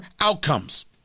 outcomes